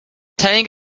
telling